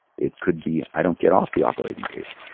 it could be, i don't get off the operating table.